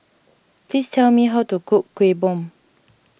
please tell me how to cook Kueh Bom